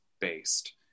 based